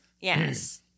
Yes